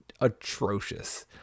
atrocious